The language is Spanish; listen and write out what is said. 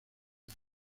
año